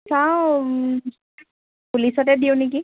চাওঁ পুলিচতে দিওঁ নেকি